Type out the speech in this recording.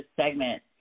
segment